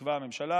שתקבע הממשלה.